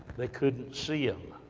they couldn't see um